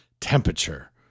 temperature